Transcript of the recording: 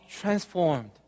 transformed